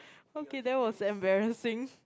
okay that was embarrassing